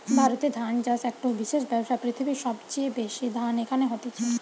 ভারতে ধান চাষ একটো বিশেষ ব্যবসা, পৃথিবীর সবচেয়ে বেশি ধান চাষ এখানে হতিছে